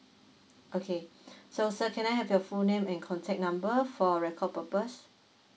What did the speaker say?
okay so sir can I have your full name and contact number for record purpose